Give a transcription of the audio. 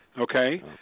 okay